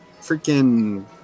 freaking